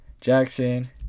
Jackson